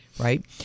Right